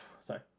Sorry